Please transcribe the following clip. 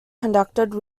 conducted